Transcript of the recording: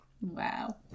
Wow